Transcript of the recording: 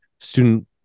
student